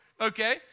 Okay